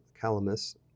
calamus